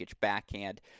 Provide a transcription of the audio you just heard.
backhand